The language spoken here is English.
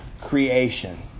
creation